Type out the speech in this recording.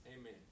Amen